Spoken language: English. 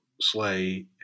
Slay